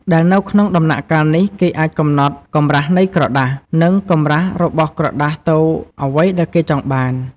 ដែលនៅក្នុងដំណាក់កាលនេះគេអាចកំណត់កម្រាសនៃក្រដាស និងកម្រាស់របស់ក្រដាសទៅអ្វីដែលគេចង់បាន។